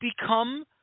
become